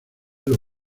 los